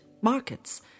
markets